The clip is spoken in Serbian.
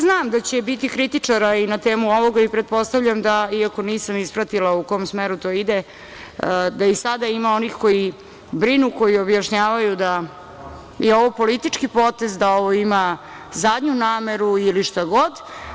Znam da će biti kritičara i na temu ovoga i pretpostavljam, iako nisam ispratila u kom smeru to ide, da i sada ima onih koji brinu, koji objašnjavaju da je ovo politički potez, da ovo ima zadnju nameru ili šta god.